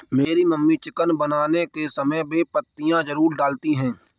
मेरी mummy chicken बनाने के समय बे पत्तियां जरूर डालती हैं